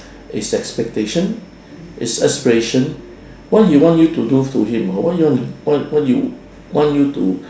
his expectation his aspiration what he want you to do to him or what you want to what what do you want you to